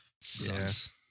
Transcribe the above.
Sucks